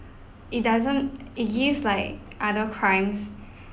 it doesn't it gives like other crimes